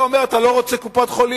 אתה אומר שאתה לא רוצה קופות-חולים?